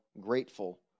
grateful